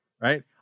right